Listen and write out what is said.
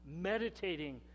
Meditating